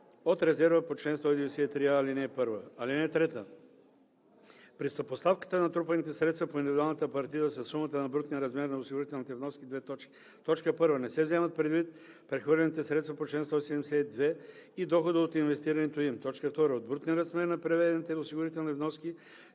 от резерва по чл. 193а, ал. 1. (3) При съпоставката на натрупаните средства по индивидуалната партида със сумата на брутния размер на осигурителните вноски: 1. не се вземат предвид прехвърлените средства по чл. 172 и дохода от инвестирането им; 2. от брутния размер на преведените осигурителни вноски